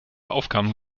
aufgaben